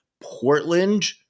Portland